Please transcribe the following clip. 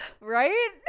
Right